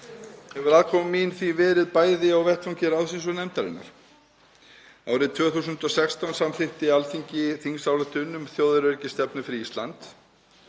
hefur aðkoma mín því verið bæði á vettvangi ráðsins og nefndarinnar. Árið 2016 samþykkti Alþingi þingsályktun um þjóðaröryggisstefnu fyrir Ísland